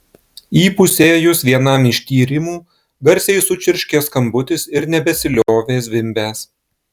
įpusėjus vienam iš tyrimų garsiai sučirškė skambutis ir nebesiliovė zvimbęs